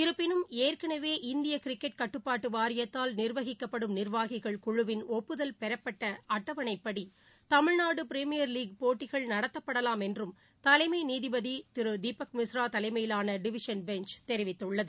இருப்பினும் ஏற்களவே இந்தியகிரிக்கெட் கட்டுப்பாட்டுவாரியத்தால் நிர்வகிக்கப்படும் நிர்வாகிகள் குழுவின் ஒப்புதல் பெறப்பட்டஅட்டவணைப்படிதமிழ்நாடுபிரிமியர் லீக் போட்டிகள் நடத்தப்படலாம் என்றும் தலைமைநீதிபதிதிருதீபக் மிஸ்ரா தலைமையிலானடிவிசன் பெஞ்ச் தெரிவித்துள்ளது